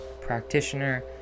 practitioner